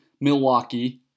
Milwaukee